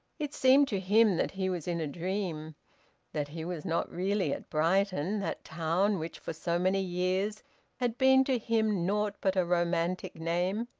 it seemed to him that he was in a dream that he was not really at brighton, that town which for so many years had been to him naught but a romantic name.